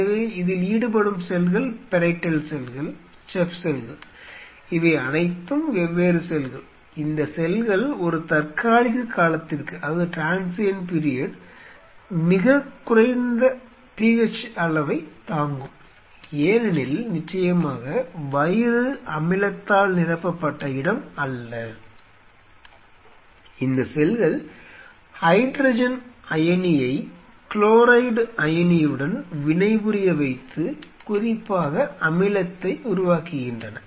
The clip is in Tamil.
எனவே இதில் ஈடுபடும் செல்கள் பெரைட்டல் செல்கள் செஃப் செல்கள் இவை அனைத்தும் வெவ்வேறு செல்கள் இந்த செல்கள் ஒரு தற்காலிக காலத்திற்கு மிகக் குறைந்த pH அளவைத் தாங்கும் ஏனெனில் நிச்சயமாக வயிறு அமிலத்தால் நிரப்பப்பட்ட இடம் அல்ல இந்த செல்கள் ஹைட்ரஜன் அயனியை குளோரைடு அயனியுடன் வினைபுரிய வைத்து குறிப்பாக அமிலத்தை உருவாக்குகின்றன